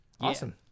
Awesome